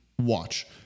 watch